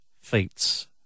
feats